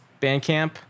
Bandcamp